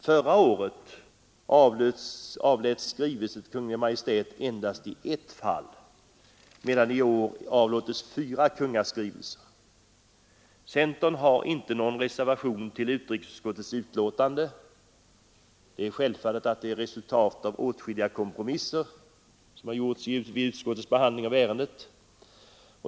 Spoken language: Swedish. Förra året avläts skrivelse till Kungl. Maj:t endast i ett fall, medan det i år avlåtits fyra kungaskrivelser. Centern har inte någon reservation till utrikesutskottets betänkande, och det är självklart att det är resultatet av åtskilliga kompromisser som har gjorts vid utskottets behandling av ärendet.